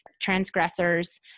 transgressors